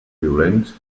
violents